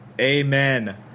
Amen